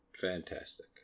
Fantastic